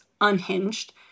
unhinged